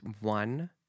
one